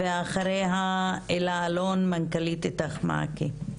ואחריה אלה אלון מנכ"לית אית"ך מעקי.